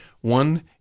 one